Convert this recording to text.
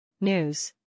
News